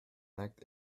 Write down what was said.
acte